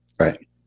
Right